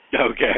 Okay